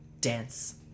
Dance